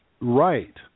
right